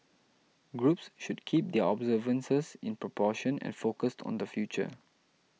groups should keep their observances in proportion and focused on the future